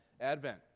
Advent